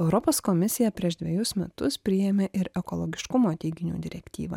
europos komisija prieš dvejus metus priėmė ir ekologiškumo teiginių direktyvą